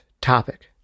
topic